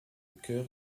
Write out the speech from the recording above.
cœur